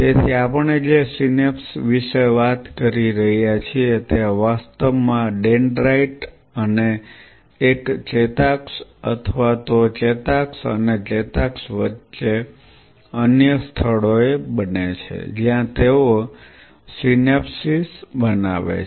તેથી આપણે જે સિનેપ્સ વિશે વાત કરી રહ્યા છીએ તે વાસ્તવમાં ડેન્ડ્રાઇટ અને એક ચેતાક્ષ અથવા તો ચેતાક્ષ અને ચેતાક્ષ વચ્ચે અન્ય સ્થળોએ બને છે જ્યાં તેઓ સિનેપ્સ બનાવે છે